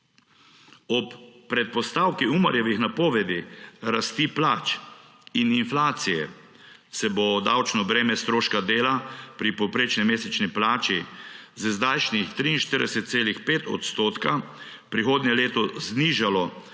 Ob predpostavki Umarjevih napovedi rasti plač in inflacije se bo davčno breme stroška dela pri povprečni mesečni plači s sedanjih 43,5 odstotka prihodnje leto znižalo za